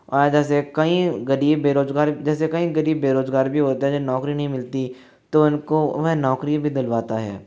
आज ऐसे कई गरीब बेरोजगार जैसे कई गरीब बेरोजगार भी होते हैं जिन्हें नौकरी नहीं मिलती तो उनको वह नौकरी भी दिलवाता है